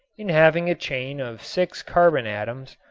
in having a chain of six carbon atoms,